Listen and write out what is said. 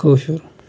کٲشُر